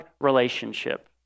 relationship